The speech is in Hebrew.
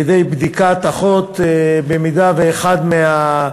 הוראת שעה) (ביצוע בדיקת תלות במסגרת תוכנית ניסיונית),